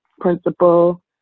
principal